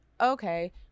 okay